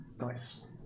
Nice